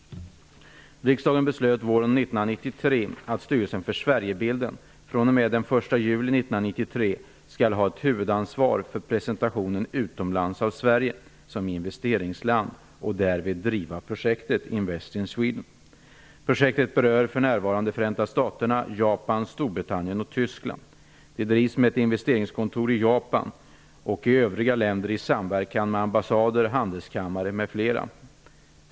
Sverigebilden fr.o.m. den 1 juli 1993 skall ha ett huvudansvar för presentationen utomlands av Sverige som investeringsland och därvid driva projektet Invest in Sweden. Projektet berör för närvarande Förenta Staterna, Japan, Storbritannien och Tyskland. Det drivs med ett investeringskontor i Japan och i övriga länder i samverkan med ambassader, handelskammare m.fl.